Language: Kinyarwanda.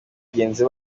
bagenzi